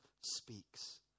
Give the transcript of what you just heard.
speaks